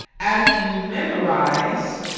as you memorize